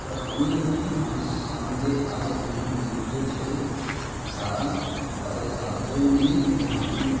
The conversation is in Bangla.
তো আমিই নয় আমার সঙ্গে আরও দুজন বন্ধুও ছিল তারা তাদের সাহায্যও নিয়ে এবং আমিও